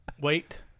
Wait